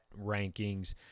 rankings